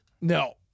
no